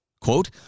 quote